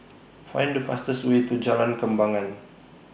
Find The fastest Way to Jalan Kembangan